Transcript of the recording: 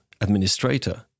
administrator